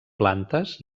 plantes